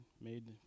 made